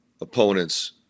opponents